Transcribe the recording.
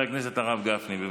חבר הכנסת הרב גפני, בבקשה.